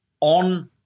on